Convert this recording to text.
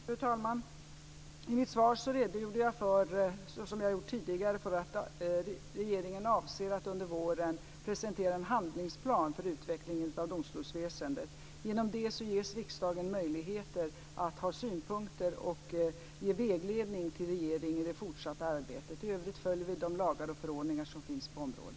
Fru talman! I mitt svar redogjorde jag, som jag har gjort tidigare, för att regeringen avser att under våren presentera en handlingsplan för utveckling av domstolsväsendet. Genom det ges riksdagen möjligheter att ha synpunkter och ge vägledning till regeringen i det fortsatta arbetet. I övrigt följer vi de lagar och förordningar som finns på området.